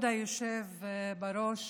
כבוד היושב בראש,